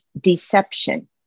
deception